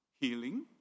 healing